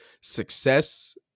success